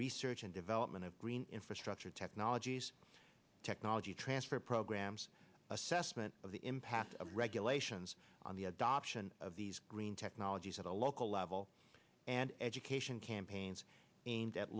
research and development of green infrastructure technologies technology transfer programs assessment of the impact of regulations on the adoption of these green technologies at a local level and education campaigns and at